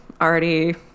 already